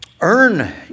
earn